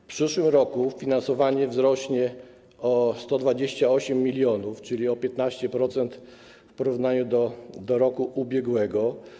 W przyszłym roku finansowanie wzrośnie o 128 mln, czyli o 15% w porównaniu z rokiem ubiegłym.